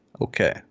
Okay